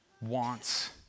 wants